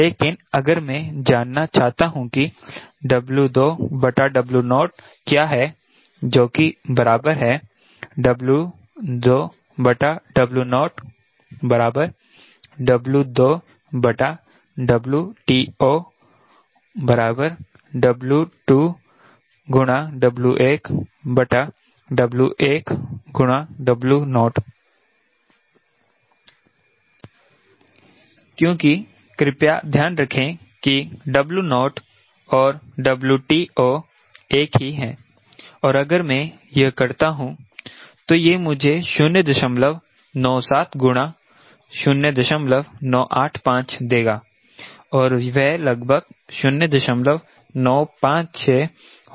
लेकिन अगर मैं जानना चाहता हूं कि W2W0 क्या है जो कि बराबर है W2W0 W2WTO W2W1W1W0 क्योंकि कृपया ध्यान रखें कि 𝑊O और 𝑊TO एक ही हैं और अगर मैं यह करता हूं तो यह मुझे 097 गुणा 0985 देगा और वह लगभग 0956 हो सकता है